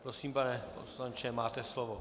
Prosím, pane poslanče, máte slovo.